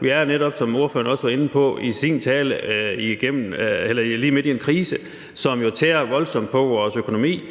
Vi er, som ordføreren også var inde på i sin tale, netop lige midt i en krise, som jo tærer voldsomt på vores økonomi,